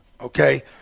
okay